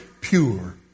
pure